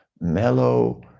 mellow